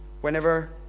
whenever